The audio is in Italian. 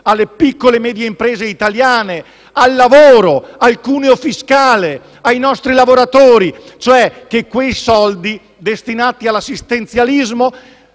alle piccole e medie imprese italiane, al lavoro, al cuneo fiscale e ai nostri lavoratori. Abbiamo, cioè, cercato che quei soldi, destinati all'assistenzialismo,